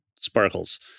sparkles